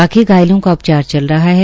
बाकी घायलों का उपचार चल रहा है